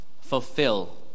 fulfill